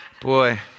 Boy